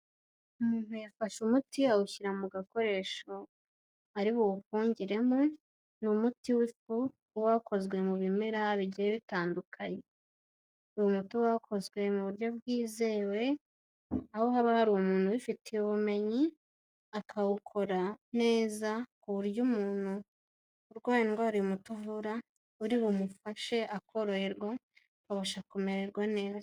Umuntu yafashe umuti awushyira mu gakoresho ari buwuvungiremo ni umuti w'ifu uba wakozwe mu bimera bigiye bitandukanya. Uyu muti Uba wakozwe mu buryo bwizewe aho haba hari umuntu ubifitiye ubumenyi akawukora neza ku buryo umuntu urwaye indwara uyu muti uvura uri bumufashe akoroherwa, akabasha kumererwa neza.